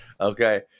okay